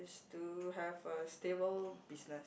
to have a stable business